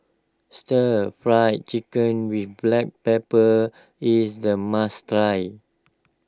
Stir Fry Chicken with Black Pepper is a must try